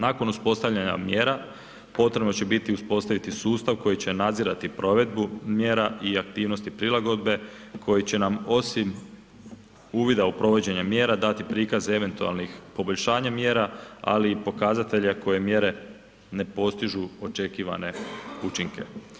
Nakon uspostavljanja mjera, potrebno će biti uspostaviti sustav koji će nadzirati provedbu mjera i aktivnosti prilagodbe, koji će nam osim uvida u provođenje mjera dati prikaz eventualnih poboljšanja mjera, ali i pokazatelje koje mjere ne postižu očekivane učinke.